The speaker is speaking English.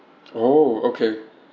oh okay